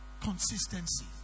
Consistency